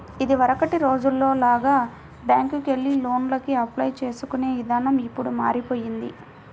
ఇదివరకటి రోజుల్లో లాగా బ్యేంకుకెళ్లి లోనుకి అప్లై చేసుకునే ఇదానం ఇప్పుడు మారిపొయ్యింది